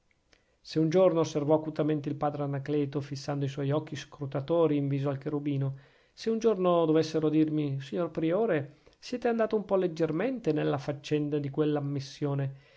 se un giorno osservò acutamente il padre anacleto fissando i suoi occhi scrutatori in viso al cherubino se un giorno dovessero dirmi signor priore siete andato un po leggermente nella faccenda di quella ammissione